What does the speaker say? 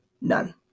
none